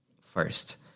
first